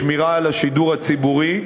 שמירה על השידור הציבורי,